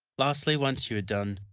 lastly, once you are done,